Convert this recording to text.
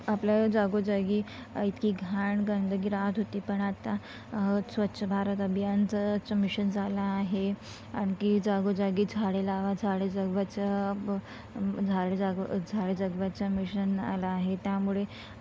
आपल्या जागोजागी इतकी घाण गंदगी राहत होती पण आत्ता स्वच्छ भारत अभियानचं च मिशन झाला आहे आणखी जागोजागी झाडे लावा झाडे जगवायचं ब झाडे जगवा झाडे जगवायचं मिशन आला आहे त्यामुळे